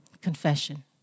Confession